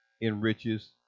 enriches